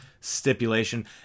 stipulation